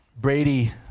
brady